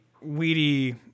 weedy